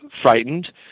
frightened